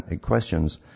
questions